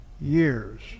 years